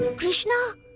krishna,